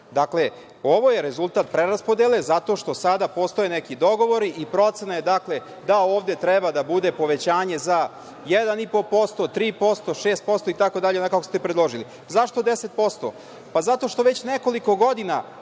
ovo je rezultat preraspodele, zato što sada postoje neki dogovori i procene, dakle, da ovde treba da bude povećanje za 1,5%, 3%, 6%, itd, onako kako ste predložili. Zašto 10%? Zato što već nekoliko godina